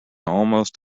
almost